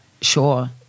Sure